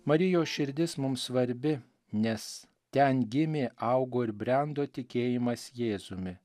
marijos širdis mums svarbi nes ten gimė augo ir brendo tikėjimas jėzumi